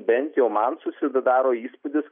bent jau man susidaro įspūdis